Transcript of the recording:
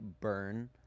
burn